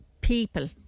people